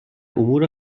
امور